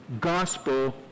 gospel